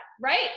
right